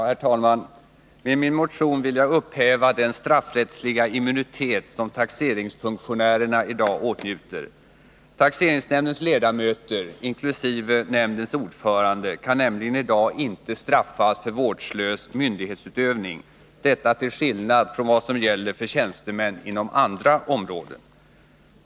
Herr talman! Med min motion vill jag upphäva den straffrättsliga immunitet som taxeringsfunktionärerna i dag åtnjuter. Taxeringsnämndens ledamöter, inkl. nämndens ordförande, kan nämligen i dag inte straffas för vårdslös myndighetsutövning — detta till skillnad från vad som gäller för tjänstemän inom andra områden.